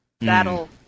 That'll